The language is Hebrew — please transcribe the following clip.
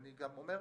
אני גם אומר,